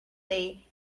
they